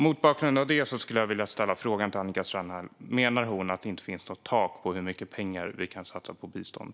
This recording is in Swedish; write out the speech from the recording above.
Mot bakgrund av detta frågar jag Annika Strandhäll: Menar hon att det inte finns något tak för hur mycket pengar Sverige kan satsa på bistånd?